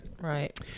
Right